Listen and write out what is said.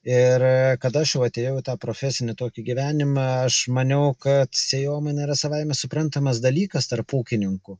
ir kad aš jau atėjau į tą profesinį tokį gyvenimą aš maniau kad sėjomaina yra savaime suprantamas dalykas tarp ūkininkų